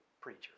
preacher